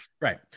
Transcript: Right